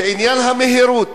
עניין המהירות,